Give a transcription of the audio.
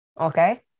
Okay